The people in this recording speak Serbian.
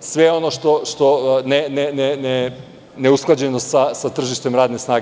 sve ono što je neusklađeno sa tržištem radne snage.